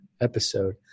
episode